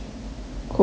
COVID lor